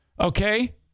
okay